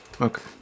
okay